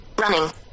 running